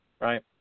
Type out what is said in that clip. right